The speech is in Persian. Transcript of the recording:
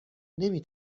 نمی